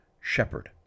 shepherd